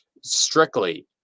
strictly